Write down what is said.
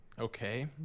Okay